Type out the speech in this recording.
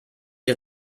ihr